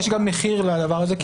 כי יש גם מחיר לדבר הזה,